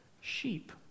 sheep